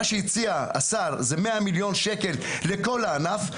מה שהציע השר זה 100,000,000 שקלים לכל הענף,